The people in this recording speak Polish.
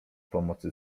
pomocy